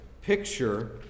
picture